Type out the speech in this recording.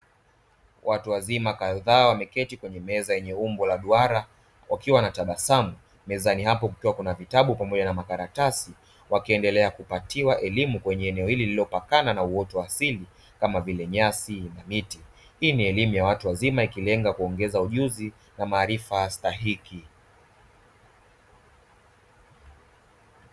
Watu wazima kadhaa wameketi kwenye meza yenye umbo la duara, wakiwa wanatabasamu mezani hapo kukiwa kuna vitabu pamoja na makaratasi wakiendelea kupatiwa elimu, kwenye eneo hili lililopakana na uoto wa asili kama vile nyasi na miti, hii ni elimu ya watu wazima ikilenga kuongeza ujuzi na maarifa stahiki.